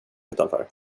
utanför